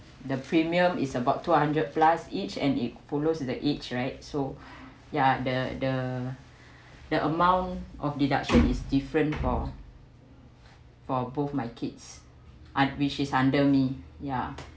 the premium is about two hundred plus each and it follows the age right so ya the the the amount of deduction is different for for both my kids un~ which is under me ya